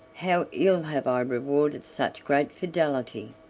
how ill have i rewarded such great fidelity!